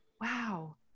wow